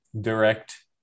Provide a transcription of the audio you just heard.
direct